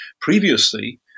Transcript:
Previously